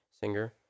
singer